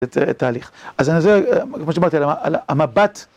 תהליך. אז אני עוזר, כמו שדיברתי, על המבט.